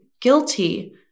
guilty